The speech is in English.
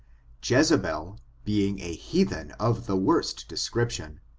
jezebel being a heathen of the worst description,